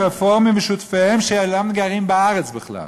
רפורמים ושותפיהם שאינם גרים בארץ בכלל.